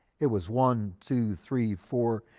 it was one, two, three, four,